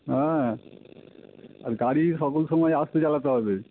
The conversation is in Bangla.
হ্যাঁ আর গাড়ি সকল সময়ে আস্তে চালাতে হবে